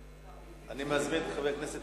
אני מזמין את חבר הכנסת